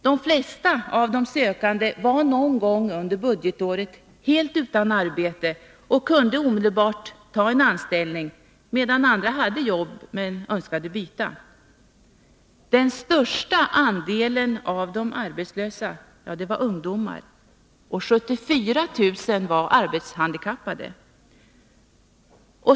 De flesta av de sökande var någon gång under budgetåret helt utan arbete och kunde omedelbart ta en anställning, medan andra hade jobb men önskade byta. Den största andelen arbetslösa bestod av ungdomar. 74 000 var arbetshandikappade.